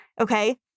okay